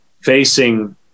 facing